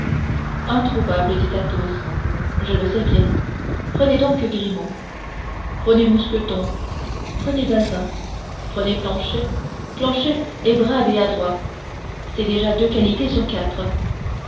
introuvable dit athos je le sais bien prenez donc grimaud prenez mousqueton prenez bazin prenez planchet planchet est brave et adroit c'est déjà deux qualités sur quatre